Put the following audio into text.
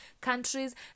countries